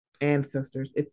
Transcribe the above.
ancestors